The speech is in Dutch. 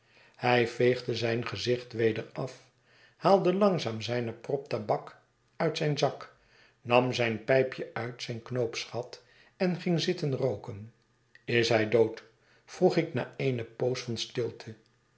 hij veegde zijn gezicht weder af haalde langzaam zijne prop tabak uit zijn zak nam zijn pijpje uit zijn knoopsgat en ging zitten rooken is hij dood vroeg ik na eene poos van stilte